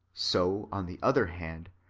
so, on the other hand,